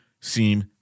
seem